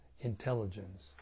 intelligence